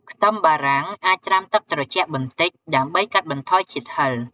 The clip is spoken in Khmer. ខ្ទឹមបារាំងអាចត្រាំទឹកត្រជាក់បន្តិច ដើម្បីកាត់បន្ថយជាតិហឹរ។